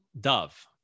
dove